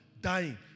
Dying